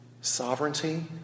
sovereignty